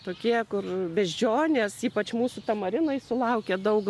tokie kur beždžionės ypač mūsų tamarinai sulaukia daug